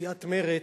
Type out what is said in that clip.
סיעת מרצ,